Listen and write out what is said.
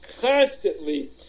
constantly –